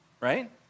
Right